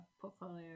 portfolio